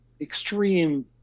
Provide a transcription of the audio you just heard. extreme